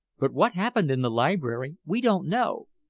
but what happened in the library we don't know.